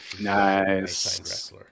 Nice